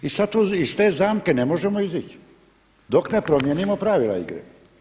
I sada iz te zamke ne možemo izić dok ne promijenimo pravila igre.